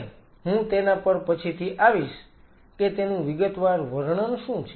અને હું તેના પર પછીથી આવીશ કે તેનું વિગતવાર વર્ણન શું છે